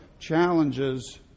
Challenges